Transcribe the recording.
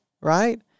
right